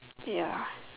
ya